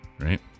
Right